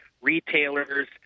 retailers